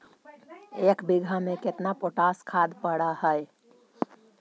एक बिघा में केतना पोटास खाद पड़ है?